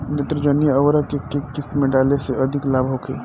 नेत्रजनीय उर्वरक के केय किस्त में डाले से अधिक लाभ होखे?